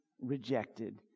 rejected